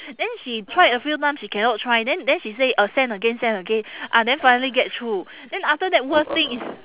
then she tried a few times she cannot try then then she say uh send again send again ah then finally get through then after that worst thing is